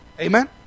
Amen